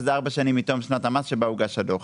שזה ארבע שנים מתום שנת המס שבה הוגש הדוח.